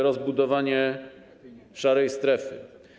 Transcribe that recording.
Rozbudowanie szarej strefy.